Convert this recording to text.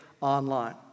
online